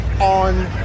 on